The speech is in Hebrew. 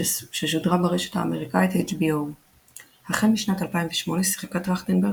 ששודרה ברשת האמריקאית HBO. החל משנת 2008 שיחקה טרכטנברג